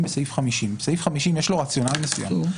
בסעיף 50. לסעיף 50 יש רציונל מסוים.